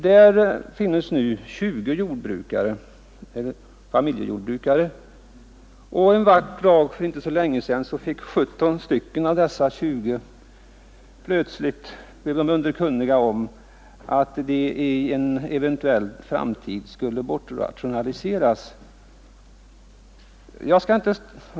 Där finns nu 20 familjejordbruk, och en dag för inte så länge sedan fick 17 av dessa jordbrukare plötsligt besked om att de i framtiden eventuellt skulle bortrationaliseras.